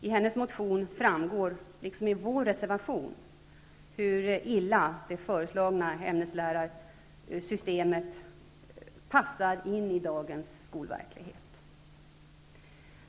I hennes motion framgår, liksom i vår reservation, hur illa det föreslagna ämneslärarsystemet passar in i dagens skolverklighet.